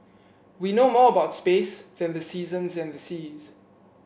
we know more about space than the seasons and the seas